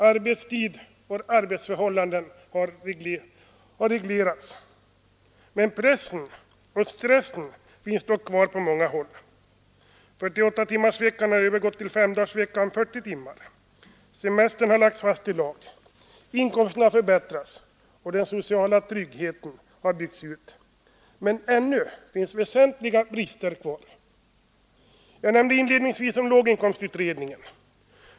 Arbetstid och arbetsförhållanden har réglerats — men pressen och stressen finns dock kvar på många håll. 48-timmarsveckan har övergått till 40-timmarsvecka med fem dagars arbete. Semestern har lagts fast i lag. Inkomsterna har förbättrats och den sociala tryggheten har byggts ut. Men ännu finns väsentliga brister kvar. Jag nämnde inledningsvis låginkomstutredningen.